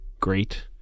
great